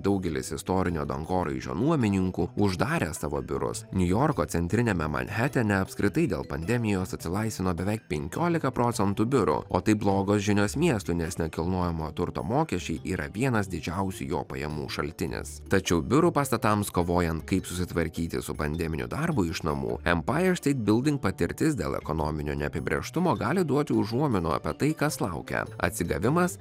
daugelis istorinio dangoraižio nuomininkų uždarę savo biurus niujorko centriniame manhetene apskritai dėl pandemijos atsilaisvino beveik penkiolika procentų biurų o tai blogos žinios miestui nes nekilnojamo turto mokesčiai yra vienas didžiausių jo pajamų šaltinis tačiau biurų pastatams kovojant kaip susitvarkyti su pandeminiu darbu iš namų empair steit bilding patirtis dėl ekonominio neapibrėžtumo gali duoti užuominų apie tai kas laukia atsigavimas